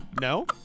No